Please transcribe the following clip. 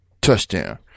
Touchdown